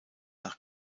nach